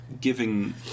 giving